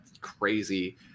crazy